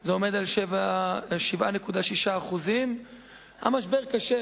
זה עומד על 7.6%. המשבר קשה,